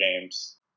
games